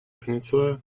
peninsula